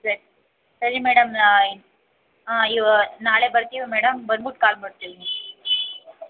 ಸ ಸರಿ ಮೇಡಮ್ ಹಾಂ ಇವಾ ನಾಳೆ ಬರ್ತೀವಿ ಮೇಡಮ್ ಬಂದ್ಬುಟ್ಟು ಕಾಲ್ ಮಾಡ್ತೀವಿ ನಿಮಗೆ